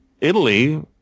italy